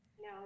No